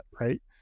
right